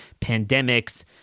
pandemics